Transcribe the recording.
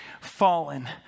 fallen